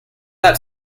that